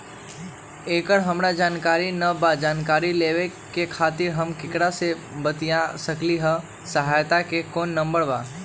एकर हमरा जानकारी न बा जानकारी लेवे के खातिर हम केकरा से बातिया सकली ह सहायता के कोनो नंबर बा?